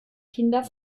kinder